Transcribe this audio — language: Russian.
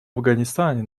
афганистане